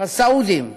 הסעודים,